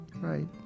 Right